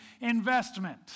investment